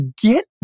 get